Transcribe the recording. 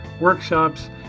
workshops